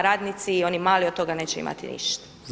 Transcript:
Radnici i oni mali od toga neće imati ništa.